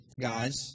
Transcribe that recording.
guys